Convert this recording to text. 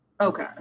Okay